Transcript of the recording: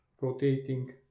rotating